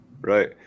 Right